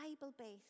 Bible-based